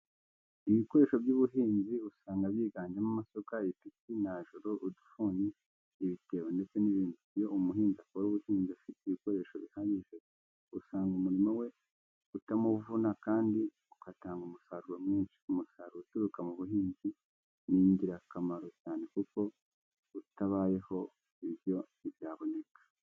Ibikoresho by'ubuhinzi usanga byingajemo amasuka, ipiki, nanjoro, udufuni, ibitebo ndetse n'ibindi. Iyo umuhinzi akora ubuhinzi afite ibikoresho bihagije, usanga umurimo we utamuvuna kandi ugatanga umusaruro mwinshi. Umusaruro uturuka mu buhinzi ni ingirakamaro cyane kuko utabayeho ibiryo ntibyaboneka.